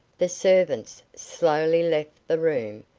the servants slowly left the room,